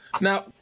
Now